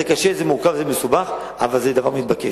זה קשה, זה מורכב, זה מסובך, אבל זה דבר מתבקש.